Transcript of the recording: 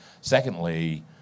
Secondly